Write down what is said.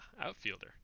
outfielder